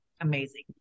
amazing